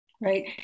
Right